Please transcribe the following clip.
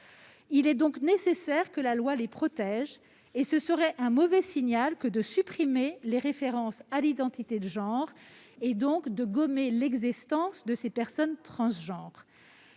Il est donc nécessaire que la loi les protège, et ce serait un mauvais signal que de supprimer les références à l'identité de genre, donc de gommer l'existence de ces personnes transgenres.